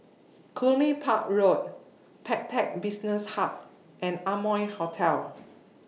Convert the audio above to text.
Cluny Park Road Pantech Business Hub and Amoy Hotel